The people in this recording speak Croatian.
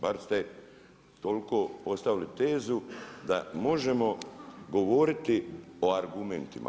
Bar ste toliko ostavili tezu da možemo govoriti o argumentima.